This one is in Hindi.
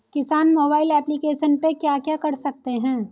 किसान मोबाइल एप्लिकेशन पे क्या क्या कर सकते हैं?